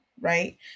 right